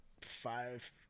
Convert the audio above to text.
five